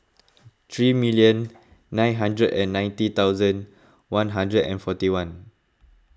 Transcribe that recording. three million nine hundred and ninety thousand one hundred and forty one